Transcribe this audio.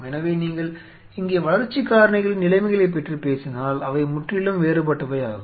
எனவே நீங்கள் இங்கே வளர்ச்சி காரணிகளின் நிலைமைகளைப் பற்றி பேசினால் அவை முற்றிலும் வேறுபட்டவையாகும்